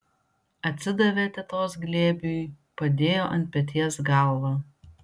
atsidavė tetos glėbiui padėjo ant peties galvą